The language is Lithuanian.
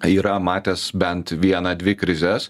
yra matęs bent vieną dvi krizes